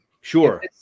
Sure